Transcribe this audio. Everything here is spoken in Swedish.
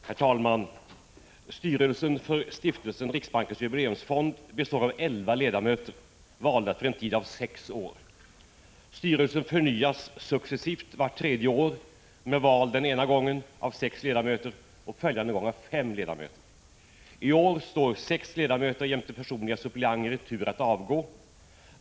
Herr talman! Styrelsen för Stiftelsen Riksbankens jubileumsfond består av elva ledamöter, valda för en tid av sex år. Styrelsen förnyas successivt vart tredje år med val den ena gången av sex ledamöter och följande gång av fem ledamöter. I år står sex ledamöter jämte personliga suppleanter i tur att avgå.